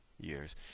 years